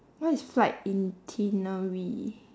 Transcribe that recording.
what is flight itinerary